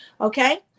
okay